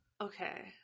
Okay